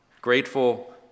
grateful